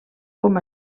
com